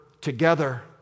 together